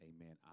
Amen